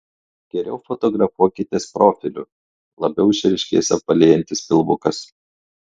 geriau fotografuokitės profiliu labiau išryškės apvalėjantis pilvukas